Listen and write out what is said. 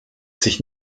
sich